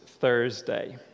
thursday